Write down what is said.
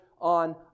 on